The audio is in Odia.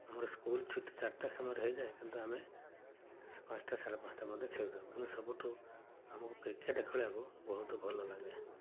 ଆମର ସ୍କୁଲ୍ ଛୁଟି ଚାରିଟା ସମୟରେ ହେଇଯାଏ କିନ୍ତୁ ଆମେ ପାଞ୍ଚଟା ସାଢ଼େ ପାଞ୍ଚଟା ଖେଳିଥାଉ କିନ୍ତୁ ସବୁଠୁ ଆମକୁ କ୍ରିକେଟ ଖେଳିବାକୁ ବହୁତ ଭଲ ଲାଗେ